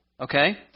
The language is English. okay